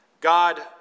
God